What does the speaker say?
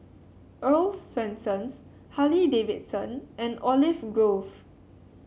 Earl's Swensens Harley Davidson and Olive Grove